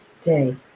day